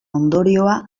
ondorioa